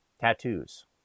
tattoos